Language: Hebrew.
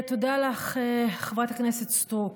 תודה לך, חברת הכנסת סטרוק.